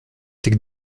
tik